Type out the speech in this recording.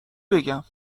بگم